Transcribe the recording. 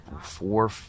four